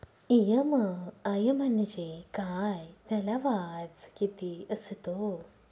EMI म्हणजे काय? त्याला व्याज किती असतो?